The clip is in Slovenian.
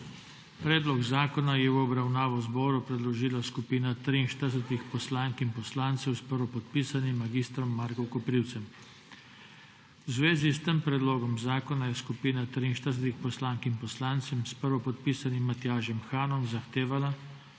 Predlog zakona je v obravnavo Državnemu zboru predložila skupina 43 poslank in poslancev s prvopodpisanim mag. Markom Koprivcem. V zvezi s tem predlogom zakona je skupina 43 poslank in poslancev s prvopodpisanim Matjažem Hanom zahtevala,